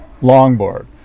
longboard